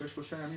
אחרי שלושה ימים,